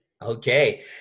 Okay